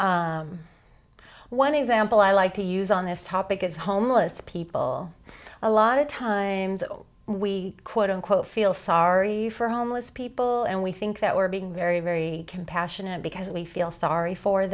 example one example i like to use on this topic is homeless people a lot of times we quote unquote feel sorry for homeless people and we think that we're being very very compassionate because we feel sorry for